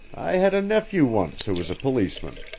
i had a nephew once who was a policeman.